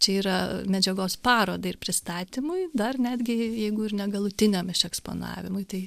čia yra medžiagos parodai ar pristatymui dar netgi jeigu ir ne galutiniam išeksponavimui tai